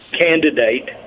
candidate